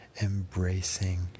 embracing